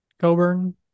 Coburn